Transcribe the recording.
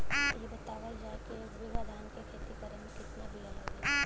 इ बतावल जाए के एक बिघा धान के खेती करेमे कितना बिया लागि?